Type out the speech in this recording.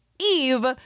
Eve